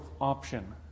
option